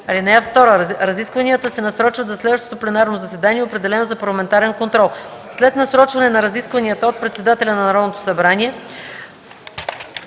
му. (2) Разискванията се насрочват за следващото пленарно заседание, определено за парламентарен контрол. След насрочване на разискванията от председателя на Народното събрание